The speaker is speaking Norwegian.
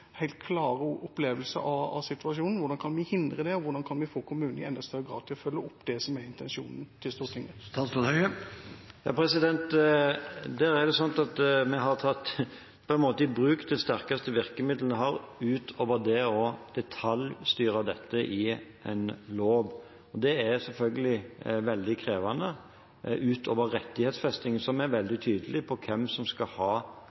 opplevelse av situasjonen. Hvordan kan vi hindre det, og hvordan kan vi få kommunene til i enda større grad å følge opp det som er intensjonen til Stortinget? Vi har tatt i bruk de sterkeste virkemidlene vi har, utover det å detaljstyre dette i en lov. Det er selvfølgelig veldig krevende, utover rettighetsfesting, som er veldig tydelig på hvem som skal ha